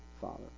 Father